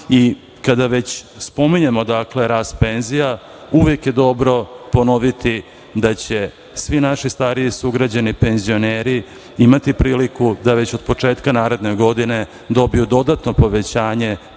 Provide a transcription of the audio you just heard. takse. Kada već spominjemo rast penzija, uvek je dobro ponoviti da će svi naši stariji sugrađani, penzioneri imati priliku da već od početka naredne godine dobiju dodatno povećanje